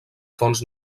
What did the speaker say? fonts